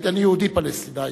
אני יהודי פלסטיני,